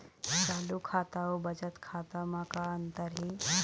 चालू खाता अउ बचत खाता म का अंतर हे?